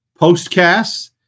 postcasts